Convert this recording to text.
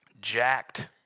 jacked